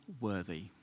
worthy